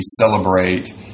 celebrate